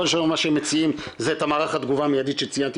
מה שמציעים זה את המערך התגובה המיידית שציינתי